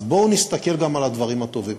אז בואו נסתכל גם על הדברים הטובים.